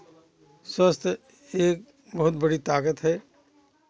स्वास्थ एक बहुत बड़ी ताकत है